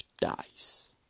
dies